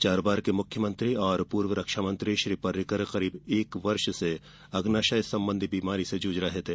चार बार के मुख्यमंत्री और पूर्व रक्षा मंत्री श्री पर्रिकर करीब एक वर्ष से अग्नाशय संबंधी बीमारी से जूझ रहे थे